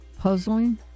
Puzzling